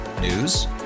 News